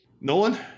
Nolan